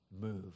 move